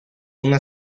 una